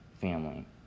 family